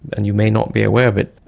and you may not be aware of it,